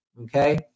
okay